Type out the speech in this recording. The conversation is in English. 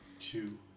two